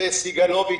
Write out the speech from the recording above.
זה אבסורד.